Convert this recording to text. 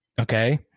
Okay